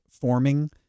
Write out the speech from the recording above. forming